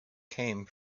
came